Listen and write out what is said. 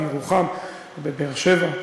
בירוחם ובבאר-שבע,